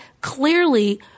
Clearly